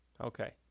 Okay